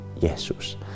Jesus